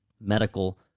medical